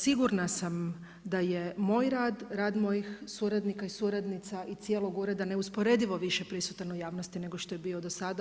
Sigurna sam da je moj rad, rad mojih suradnika i suradnica i cijelog ureda neusporedivo više prisutan u javnosti nego što je bio do sada.